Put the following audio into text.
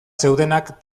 zeudenak